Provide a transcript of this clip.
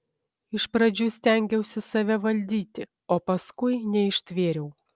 iš pradžių stengiausi save valdyti o paskui neištvėriau